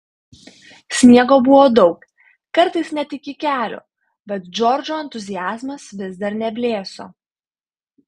sniego buvo daug kartais net iki kelių bet džordžo entuziazmas vis dar neblėso